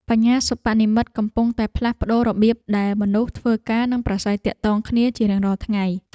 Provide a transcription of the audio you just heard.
បញ្ញាសិប្បនិម្មិតកំពុងតែផ្លាស់ប្តូររបៀបដែលមនុស្សធ្វើការ និងប្រាស្រ័យទាក់ទងគ្នាជារៀងរាល់ថ្ងៃ។